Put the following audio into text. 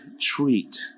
treat